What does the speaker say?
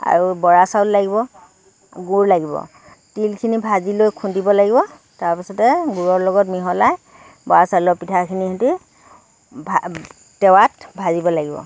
আৰু বৰা চাউল লাগিব গুৰ লাগিব তিলখিনি ভাজি লৈ খুন্দিব লাগিব তাৰপিছতে গুৰৰ লগত মিহলাই বৰা চাউলৰ পিঠাখিনিৰ সৈতে ভা তেৱাত ভাজিব লাগিব